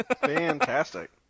Fantastic